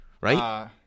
right